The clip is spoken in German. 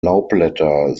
laubblätter